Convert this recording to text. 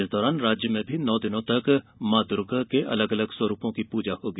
इस दौरान राज्य में भी नौ दिनों तक मां दुर्गा के अलग अलग स्वरूपों की पूजा होगी